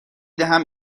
دهم